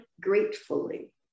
gratefully